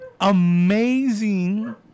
Amazing